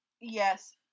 Yes